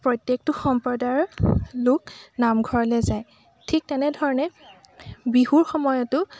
প্ৰত্যেকটো সম্প্ৰদায়ৰ লোক নামঘৰলৈ যায় ঠিক তেনেধৰণে বিহুৰ সময়তো